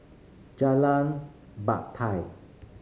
Jalan Batai